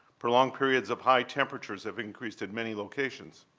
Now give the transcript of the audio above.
prolonged periods of high temperatures have increased in many locations.